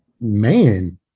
man